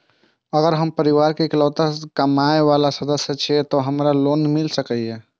अगर हम परिवार के इकलौता कमाय वाला सदस्य छियै त की हमरा लोन मिल सकीए?